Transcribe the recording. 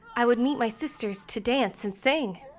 i would meet my sisters to dance and sing.